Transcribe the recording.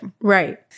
Right